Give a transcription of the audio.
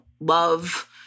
love